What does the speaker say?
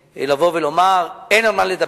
לא לבוא ולומר: אין על מה לדבר,